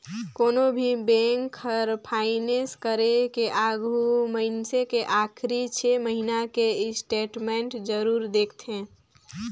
कोनो भी बेंक हर फाइनेस करे के आघू मइनसे के आखरी छे महिना के स्टेटमेंट जरूर देखथें